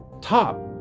top